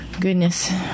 Goodness